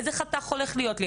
איזה חתך הולך להיות לי,